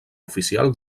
oficial